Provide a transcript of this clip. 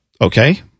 okay